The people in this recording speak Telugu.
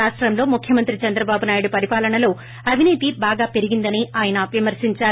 రాష్టంలో ముఖ్యమంత్రి చంద్రబాబు నాయుడు పరిపాలనలో అవినీతి బాగా పెరిగిందని ఆయన విమర్పించారు